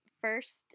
first